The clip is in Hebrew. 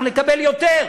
אנחנו נקבל יותר,